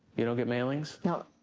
you don't get mailings? no.